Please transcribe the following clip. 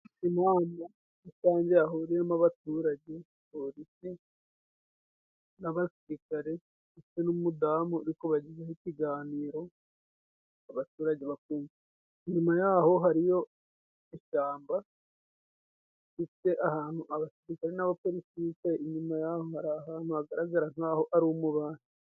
Inama rusange yahuriyemo abaturage Polilisi n'abasirikare ndetse n'umudamu, ariko bagezaho ikiganiro abaturage batuje nyuma yaho hariyo ishyamba rifite ahantu abasirikare n'abapolisi bicaye inyuma y'aho hari ahantu hagaragara nk'aho ari umubande.